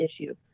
issue